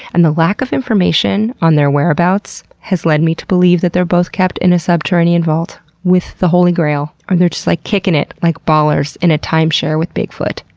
and the lack of information on their whereabouts has led me to believe that they're both kept in a subterranean vault with the holy grail, or they're like kicking it, like ballers, in a timeshare with bigfoot.